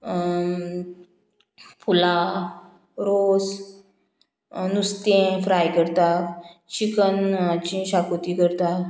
पुलाव रोस नुस्तें फ्राय करता चिकनाची शाकोती करता